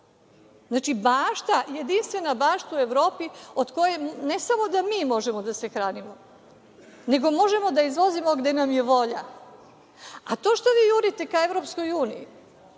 bašta, jedinstvena bašta u Evropi od koje, ne samo da mi možemo da se hranimo, nego možemo da izvozimo gde nam je volja. To što vi jurite ka EU, e sad mi